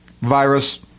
virus